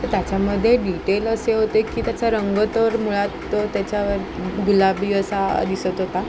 तर त्याच्यामध्ये डिटेल असे होते की त्याचा रंग तर मुळात त्याच्यावर गुलाबी असा दिसत होता